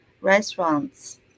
restaurants